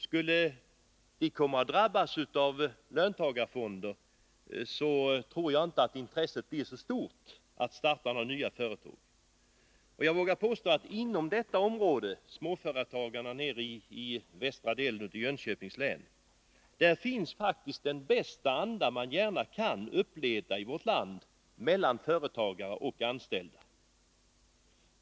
Skulle de drabbas av löntagarfonder tror jaginte att intresset blir så stort att starta nya företag. Och på småföretagen nere i västra delen av Jönköpings län råder faktiskt den bästa tänkbara anda mellan företagare och anställda.